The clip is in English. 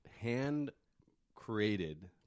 hand-created